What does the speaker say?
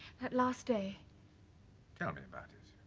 that last day tell me about it.